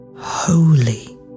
holy